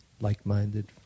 Like-minded